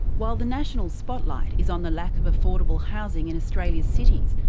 while the national spotlight is on the lack of affordable housing in australia's cities,